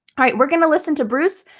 alright we're gonna listen to bruce,